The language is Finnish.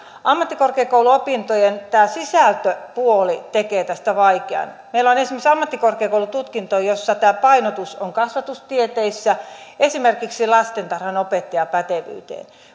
ammattikorkeakouluopintojen sisältöpuoli tekee tästä vaikean meillä on esimerkiksi ammattikorkeakoulututkinto jossa tämä painotus on kasvatustieteissä esimerkiksi lastentarhanopettajan pätevyys